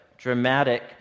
dramatic